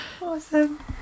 Awesome